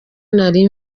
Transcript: nari